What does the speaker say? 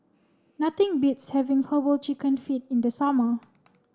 nothing beats having Herbal Chicken Feet in the summer